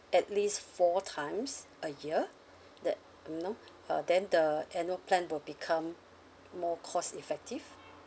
at least four times a year that you know uh then the annual plan will become more cost effective